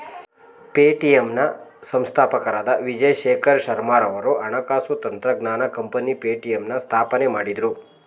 Paytm ನ ಸಂಸ್ಥಾಪಕರಾದ ವಿಜಯ್ ಶೇಖರ್ ಶರ್ಮಾರವರು ಹಣಕಾಸು ತಂತ್ರಜ್ಞಾನ ಕಂಪನಿ ಪೇಟಿಎಂನ ಸ್ಥಾಪನೆ ಮಾಡಿದ್ರು